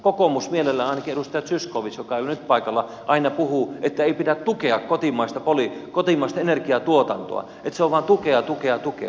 kokoomus ainakin edustaja zyskowicz joka ei ole nyt paikalla aina mielellään puhuu että ei pidä tukea kotimaista energiatuotantoa että se on vain tukea tukea tukea